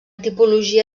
tipologia